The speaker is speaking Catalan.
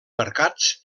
mercats